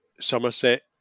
Somerset